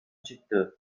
çıktı